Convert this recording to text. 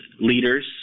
leaders